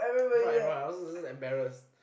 in front of everyone I was just just embarrassed